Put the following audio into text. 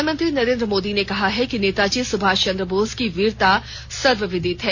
प्रधानमंत्री नरेन्द्र मोदी ने कहा है कि नेताजी सुभाष चन्द्र बोस की वीरता सर्वविदित है